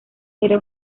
era